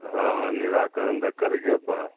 हँ निराकरण तऽ करैये पड़त